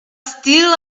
steel